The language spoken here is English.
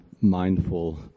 mindful